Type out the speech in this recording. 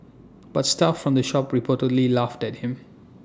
but staff from the shop reportedly laughed at him